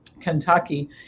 Kentucky